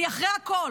אני אחרי הכול.